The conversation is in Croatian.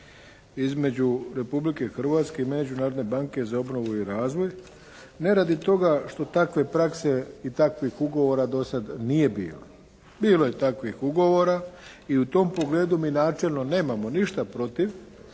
između Republike Hrvatske i Međunarodne banke za obnovu i razvoj ne radi toga što takve prakse i takvih ugovora do sad nije bilo. Bilo je takvih ugovora i u tom pogledu mi načelno nemamo ništa protiv